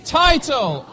title